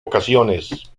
ocasiones